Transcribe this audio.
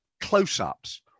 close-ups